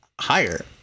higher